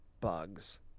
bugs